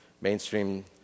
Mainstream